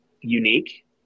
unique